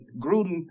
gruden